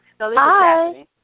Hi